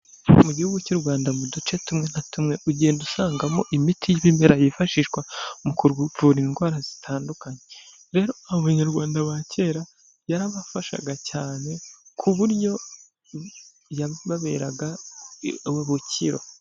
Mu igihugu cy'u Rwanda mu duce tumwe na tumwe ugenda usangamo imiti y’ibimera yifashishwa mu kuvura indwara zitandukanye rero abo banyarwanda ba kera yarabafashaga cyane ku buryo yababeraga ubukiro.